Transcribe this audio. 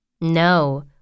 No